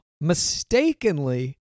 mistakenly